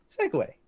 Segue